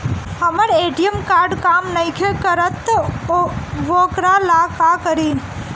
हमर ATM card काम नईखे करत वोकरा ला का करी?